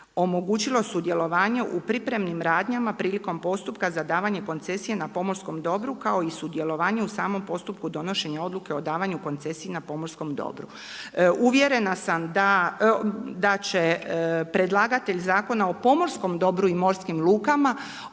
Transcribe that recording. omogućilo sudjelovanje u pripremnim radnjama prilikom postupka za davanje koncesije na pomorskom dobru kao i sudjelovanje u samom postupku donošenja odluka o davanju koncesija na pomorskom dobru. Uvjerena sam da će predlagatelj Zakona o pomorskom dobru i morskim lukama o ovim